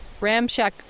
ramshack